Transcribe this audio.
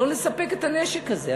לא לספק את הנשק הזה,